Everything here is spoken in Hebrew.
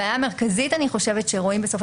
אני חושבת שהבעיה המרכזית שרואים בסופו